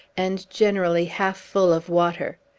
and generally half full of water.